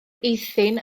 eithin